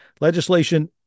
legislation